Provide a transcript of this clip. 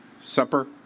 Supper